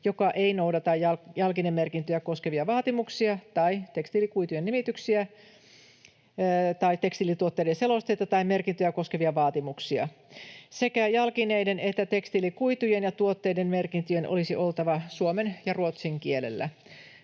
joka ei noudata jalkinemerkintöjä koskevia vaatimuksia tai tekstiilikuitujen nimityksiä tai tekstiilituotteiden selosteita tai merkintöjä koskevia vaatimuksia. Sekä jalkineiden että tekstiilikuitujen ja -tuotteiden merkintöjen olisi oltava suomen ja ruotsin kielellä.